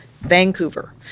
Vancouver